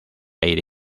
aire